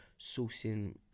sourcing